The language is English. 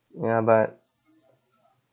ya but